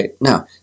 Now